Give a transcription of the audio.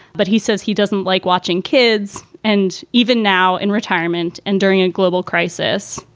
but he says he doesn't like watching kids. and even now, in retirement and during a global crisis,